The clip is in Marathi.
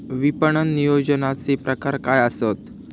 विपणन नियोजनाचे प्रकार काय आसत?